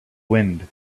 wind